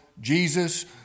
Jesus